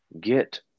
get